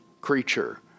creature